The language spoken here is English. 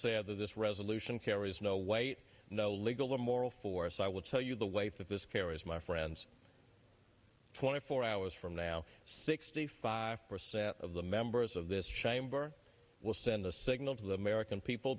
said that this resolution carries no weight no legal or moral for us i will tell you the weight that this carries my friends twenty four hours from now sixty five percent of the members of this chamber will send a signal to the american people